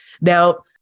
Now